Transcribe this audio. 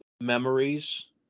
memories